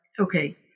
Okay